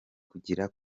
kugira